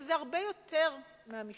אבל זה הרבה יותר מהמשמעת,